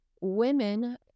women